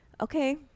okay